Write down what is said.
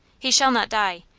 he shall not die.